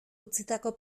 utzitako